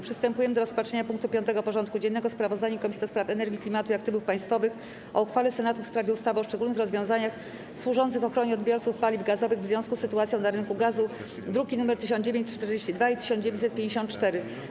Przystępujemy do rozpatrzenia punktu 5. porządku dziennego: Sprawozdanie Komisji do Spraw Energii, Klimatu i Aktywów Państwowych o uchwale Senatu w sprawie ustawy o szczególnych rozwiązaniach służących ochronie odbiorców paliw gazowych w związku z sytuacją na rynku gazu (druki nr 1942 i 1954)